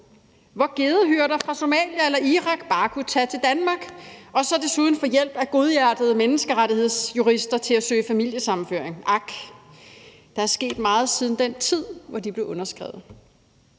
hvor gedehyrder fra Somalia eller Irak bare kunne tage til Danmark og så desuden få hjælp af godhjertede menneskerettighedsjurister til at søge familiesammenføring – ak, der er sket meget siden den tid, hvor de blev underskrevet.